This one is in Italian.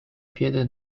piede